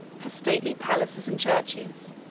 her stately palaces and churches,